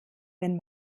wenn